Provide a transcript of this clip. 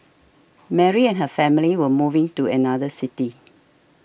Mary and her family were moving to another city